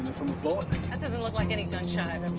and from a bullet? that doesn't look like any gun shot i've